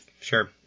Sure